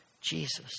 Jesus